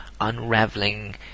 unraveling